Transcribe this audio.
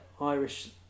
Irish